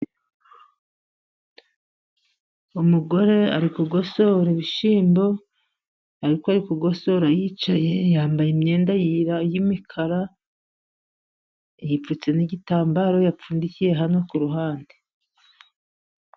Umugore arikugosora ibishyimbo ,ariko kugosora yicaye .Yambaye imyenda y'imikara ,yipfutse n'igitambaro yapfundikiye hano kuru ruhande.